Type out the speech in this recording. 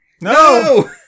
no